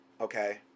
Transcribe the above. Okay